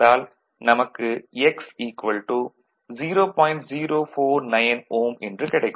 049 Ω என்று கிடைக்கும்